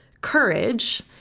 courage